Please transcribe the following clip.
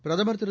பிரதமர் திரு